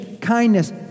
kindness